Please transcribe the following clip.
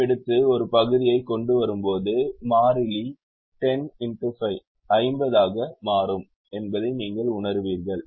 M எடுத்து ஒரு பகுதியைக் கொண்டு வரும்போது மாறிலி 10x5 50 ஆக மாறும் என்பதை நீங்கள் உணருவீர்கள்